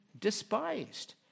despised